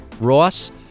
Ross